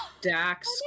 Dax